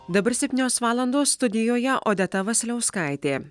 dabar septynios valandos studijoje odeta vasiliauskaitė